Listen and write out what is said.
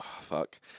Fuck